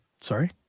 Sorry